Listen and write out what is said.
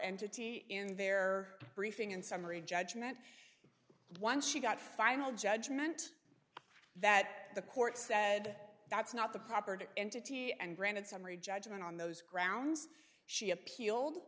entity in their briefing in summary judgment once she got final judgment that the court said that's not the property entity and granted summary judgment on those grounds she appealed